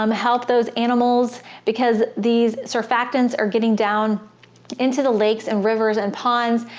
um help those animals because these surfactants are getting down into the lakes and rivers and ponds.